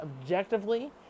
objectively